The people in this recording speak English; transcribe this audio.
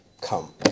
come